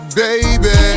baby